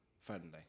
friendly